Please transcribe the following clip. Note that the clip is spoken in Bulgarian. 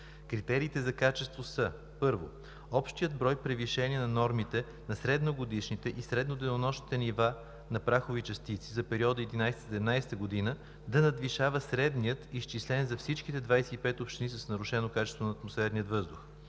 Критериите за качество са: Първо, общият брой превишения на нормите на средногодишните и средноденонощните нива на прахови частици за периода 2011 – 2017 г. да надвишава средния, изчислен за всичките 25 общини с нарушено качество на атмосферния въздух.